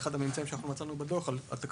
זה אחד הממצאים שאנחנו מצאנו שהתקנות